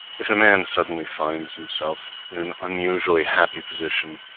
if a man suddenly finds himself in an unusually happy position,